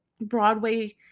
Broadway